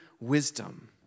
wisdom